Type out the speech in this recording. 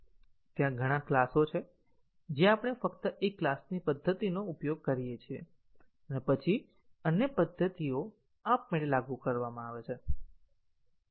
ત્યાં ઘણા ક્લાસો છે જે આપણે ફક્ત એક ક્લાસની પદ્ધતિનો ઉપયોગ કરીએ છીએ અને પછી અન્ય પદ્ધતિઓ આપમેળે લાગુ કરવામાં આવે છે